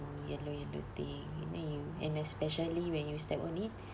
yellow yellow thing and then you and especially when you step on it